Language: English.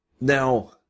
Now